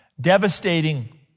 Devastating